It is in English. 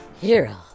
hero